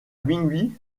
minuit